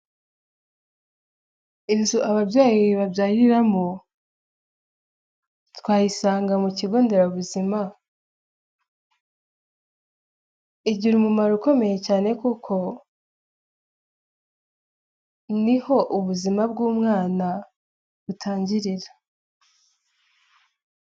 Inzu ababyeyi babyariramo twayisanga mu kigo nderabuzima, igira umumaro ukomeye kuko ni ho ubuzima bw'umwana butangirira.